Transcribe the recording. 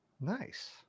Nice